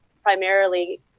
primarily